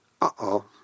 uh-oh